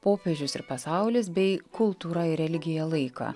popiežius ir pasaulis bei kultūra ir religija laiką